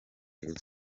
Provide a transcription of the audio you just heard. rayon